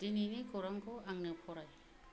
दिनैनि खौरांखौ आंनो फराय